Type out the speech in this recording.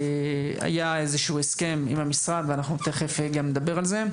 היה איזשהו הסכם עם המשרד ואנחנו תיכף גם נדבר על זה,